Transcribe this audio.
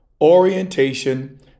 Orientation